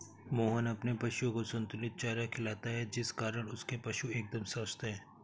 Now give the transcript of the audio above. मोहन अपने पशुओं को संतुलित चारा खिलाता है जिस कारण उसके पशु एकदम स्वस्थ हैं